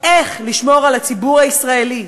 איך לשמור על הציבור הישראלי,